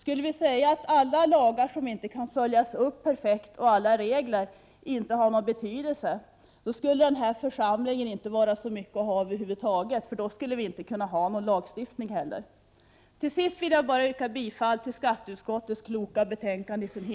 Om vi sade att alla lagar och regler som inte kan följas upp perfekt inte har någon betydelse, skulle denna församling inte vara så mycket att ha över huvud taget, då vi inte heller skulle kunna ha någon lagstiftning. Till sist vill jag yrka bifall till hemställan i skatteutskottets kloka betänkande.